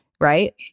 Right